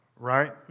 Right